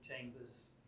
chambers